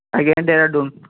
ଆଜ୍ଞା ଡେରାଡ଼ୁନ୍